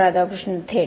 राधाकृष्ण थेट